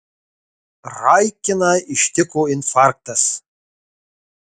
raikiną ištiko infarktas